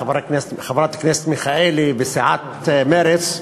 חברת הכנסת מיכאלי וסיעת מרצ,